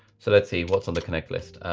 so let's see what's on the connect list.